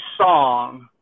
song